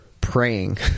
praying